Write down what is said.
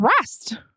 rest